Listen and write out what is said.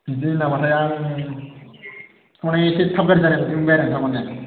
बिदिनो नामाथाय आं माने एसे थाब गाज्रि जानाय बादि मोनबायमोन आरो आं तारमाने